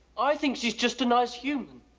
i think she's just a nice human.